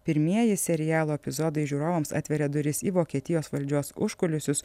pirmieji serialo epizodai žiūrovams atveria duris į vokietijos valdžios užkulisius